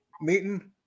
meeting